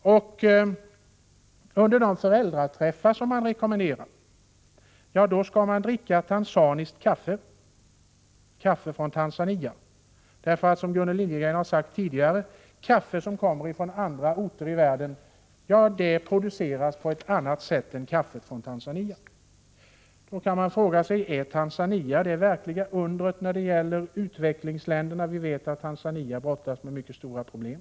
När det gäller de föräldraträffar som rekommenderas skall man dricka tanzaniskt kaffe, därför att — som Gunnel Liljegren tidigare har sagt — kaffe som kommer från andra platser i världen produceras på ett annat sätt än kaffe från Tanzania. Men är då Tanzania det verkliga undret när det gäller utvecklingsländerna? Vi vet ju att landet brottas med mycket stora problem.